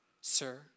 Sir